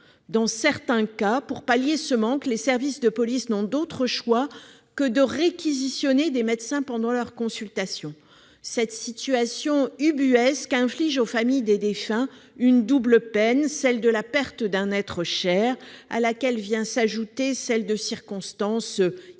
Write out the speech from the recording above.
Dans certains cas, pour pallier ce manque, les services de police n'ont d'autre choix que de réquisitionner des médecins pendant leurs consultations. Cette situation ubuesque inflige aux familles des défunts une double peine, celle de la perte d'un être cher, à laquelle vient s'ajouter celle de circonstances inhumaines,